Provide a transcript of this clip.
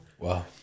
Wow